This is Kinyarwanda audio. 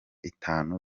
itanu